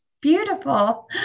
beautiful